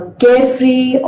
carefree